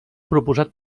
proposat